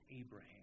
Abraham